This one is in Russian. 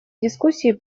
дискуссии